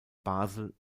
basel